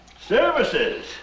Services